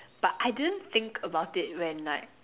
but I didn't think about it when like